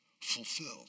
fulfilled